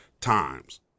times